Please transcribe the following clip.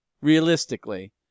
realistically